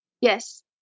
Yes